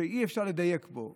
שאי-אפשר לדייק בו,